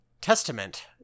Testament